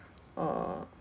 err